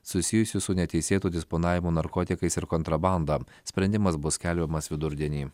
susijusius su neteisėtu disponavimu narkotikais ir kontrabanda sprendimas bus skelbiamas vidurdienį